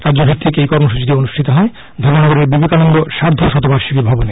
রাজ্যভিত্তিক এই কর্মসচিটি অনুষ্ঠিত হয় ধর্মনগরের বিবেকানন্দ সাধ্ব্ব শতবার্ষিকী ভবনে